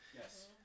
Yes